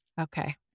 Okay